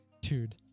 Dude